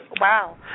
wow